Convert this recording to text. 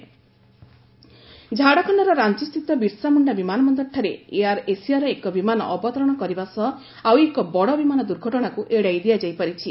plain crash ଆଭୋଟେଡ୍ ଝାଡ଼ଖଣ୍ଡର ରାଞ୍ଚି ସ୍ଥିତ ବିର୍ଶାମୁଣ୍ଡା ବିମାନ ବନ୍ଦରଠାରେ ଏୟାର୍ ଏସିଆର ଏକ ବିମାନ ଅବତରଣ କରିବା ସହ ଆଉ ଏକ ବଡ଼ ବିମାନ ଦୂର୍ଘଟଣାକୁ ଏଡ଼ାଇ ଦିଆଯାଇପାରିଛି